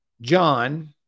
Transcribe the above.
John